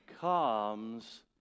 Comes